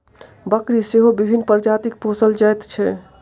बकरी सेहो विभिन्न प्रजातिक पोसल जाइत छै